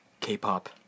K-pop